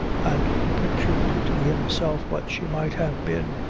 and pictured to himself what she might have been,